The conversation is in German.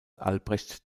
albrecht